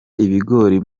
ibigori